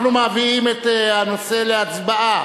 אנחנו מביאים את הנושא להצבעה.